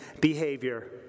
behavior